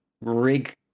rig